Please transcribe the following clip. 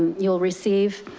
you'll receive,